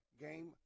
game